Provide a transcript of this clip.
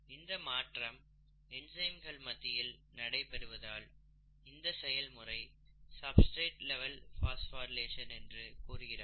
இந்த மாற்றம் என்சைம்கள் மத்தியில் நடைபெறுவதால் இந்த செயல்முறையை சப்ஸ்டிரேட் லெவல் பாஸ்போரிலேஷன் என்று கூறுகிறார்கள்